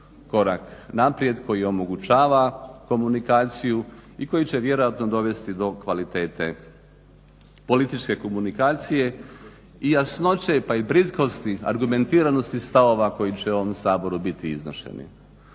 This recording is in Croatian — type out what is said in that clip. korak naprijed koji omogućava komunikaciju i koji će vjerojatno dovesti do kvalitete političke komunikacije i jasnoće, pa i britkosti, argumentiranosti stavova koji će u ovom Saboru biti iznošeni.